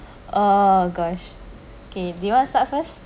oh gosh okay do you want start first